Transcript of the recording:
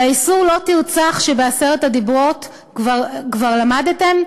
על האיסור "לא תרצח" שבעשרת הדיברות כבר למדתם,